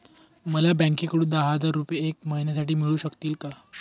मला बँकेकडून दहा हजार रुपये एक महिन्यांसाठी मिळू शकतील का?